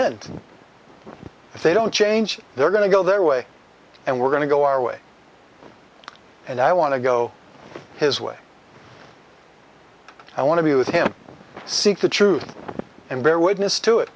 end if they don't change they're going to go their way and we're going to go our way and i want to go his way i want to be with him seek the truth and bear witness to it